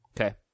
Okay